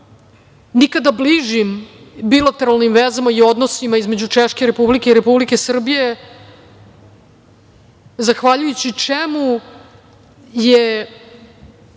nikada bližim bilateralnim vezama i odnosima između Češke Republike i Republike Srbije, Zahvaljujući čemu je